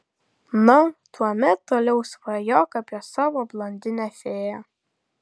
na tuomet toliau svajok apie savo blondinę fėją